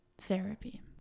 therapy